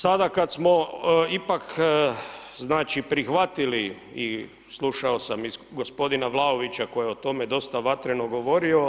Sada kad smo ipak znači prihvatili i slušao sam iz gospodina Vlaovića koji je o tome dosta vatrenog govorio.